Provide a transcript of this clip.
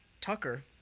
tucker